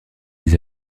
des